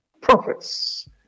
prophets